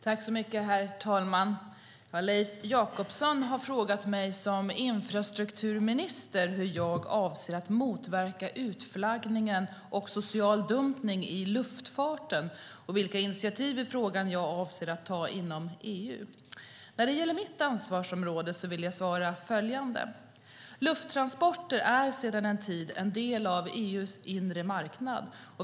Herr talman! Leif Jakobsson har frågat mig som infrastrukturminister hur jag avser att motverka utflaggning och social dumpning i luftfarten och vilka initiativ i frågan jag avser att ta inom EU. När det gäller mitt ansvarsområde vill jag svara följande. Lufttransporter är sedan en tid en del av EU:s inre marknad.